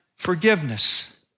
Forgiveness